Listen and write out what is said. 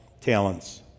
talents